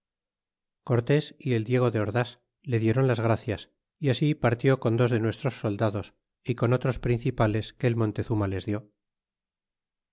y el diego de ordas le diéron las gracias é así partió con'dos de nuestros soldados y con otros principales que el montezuma les lió